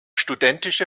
studentische